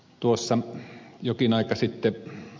tuossa jokin aika sitten ed